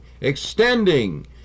extending